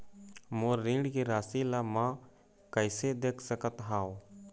मोर ऋण के राशि ला म कैसे देख सकत हव?